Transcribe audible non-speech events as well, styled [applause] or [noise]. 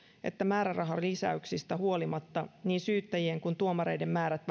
että määrärahalisäyksistä huolimatta niin syyttäjien kuin tuomareiden määrät [unintelligible]